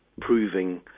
proving